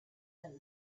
then